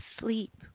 sleep